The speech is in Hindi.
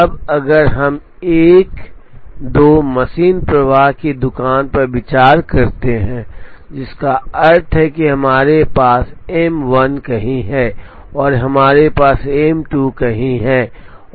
अब अगर हम एक दो मशीन प्रवाह की दुकान पर विचार करते हैं जिसका अर्थ है कि हमारे पास एम 1 कहीं है और हमारे पास एम 2 कहीं है